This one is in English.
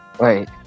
Wait